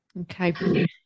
Okay